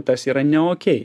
tas yra ne okei